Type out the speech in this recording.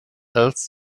else